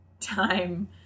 time